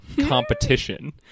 competition